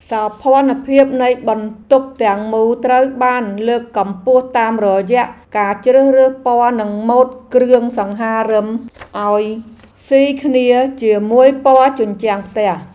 សោភ័ណភាពនៃបន្ទប់ទាំងមូលត្រូវបានលើកកម្ពស់តាមរយៈការជ្រើសរើសពណ៌និងម៉ូដគ្រឿងសង្ហារិមឱ្យស៊ីគ្នាជាមួយពណ៌ជញ្ជាំងផ្ទះ។